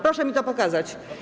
Proszę mi to pokazać.